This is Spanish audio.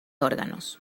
órganos